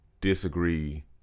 disagree